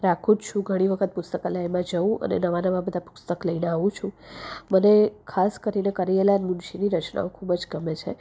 રાખુ જ છું ઘણી વખત પુસ્તકાલયમાં જવ અને નવા નવા પુસ્તક લઈને આવું છું મને ખાસ કરીને કનૈયાલાલ મુનશીની રચનાઓ ખૂબ જ ગમે છે